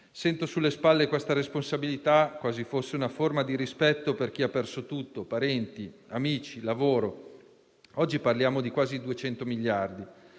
Sento sulle spalle questa responsabilità quasi fosse una forma di rispetto per chi ha perso tutto: parenti, amici, lavoro. Oggi parliamo di quasi 200 miliardi